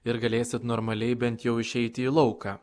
ir galėsit normaliai bent jau išeiti į lauką